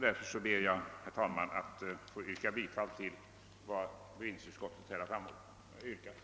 Därför ber jag, herr talman, att få yrka bifall till vad utskottet här har föreslagit.